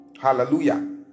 Hallelujah